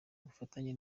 ubufatanye